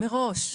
מראש,